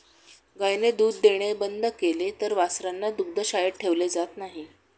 गायीने दूध देणे बंद केले तर वासरांना दुग्धशाळेत ठेवले जात नाही